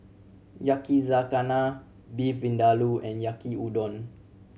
Yakizakana Beef Vindaloo and Yaki Udon